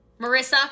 Marissa